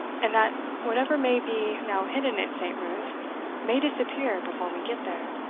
and that whatever may be now hidden at saint ruth may disappear before we get there.